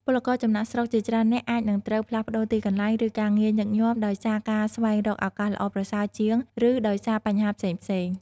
ពលករចំណាកស្រុកជាច្រើននាក់អាចនឹងត្រូវ ផ្លាស់ប្តូរទីកន្លែង ឬការងារ ញឹកញាប់ ដោយសារការស្វែងរកឱកាសល្អប្រសើរជាង ឬដោយសារបញ្ហាផ្សេងៗ ។